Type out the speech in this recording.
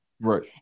right